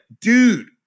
dude